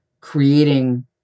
creating